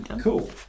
cool